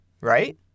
right